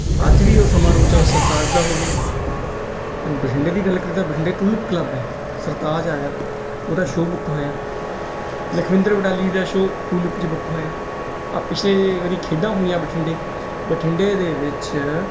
ਅੱਜ ਵੀ ਉਹ ਸਮਾਰੋਹ ਚਾਹੇ ਸਰਤਾਜ ਦਾ ਹੋਵੇ ਪਨ ਬਠਿੰਡੇ ਦੀ ਗੱਲ ਕਰਦਾ ਬਠਿੰਡੇ ਟੁਲਿੱਪ ਕਲੱਬ ਹੈ ਸਰਤਾਜ ਆਇਆ ਉਹਦਾ ਸ਼ੋ ਬੁੱਕ ਹੋਇਆ ਲਖਵਿੰਦਰ ਵਡਾਲੀ ਦਾ ਸ਼ੋ ਟੁਲਿਪ 'ਚ ਬੁੱਕ ਹੋਇਆ ਆ ਪਿਛਲੇ ਵਾਰੀ ਖੇਡਾਂ ਹੋਈਆਂ ਬਠਿੰਡੇ ਬਠਿੰਡੇ ਦੇ ਵਿੱਚ